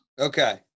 Okay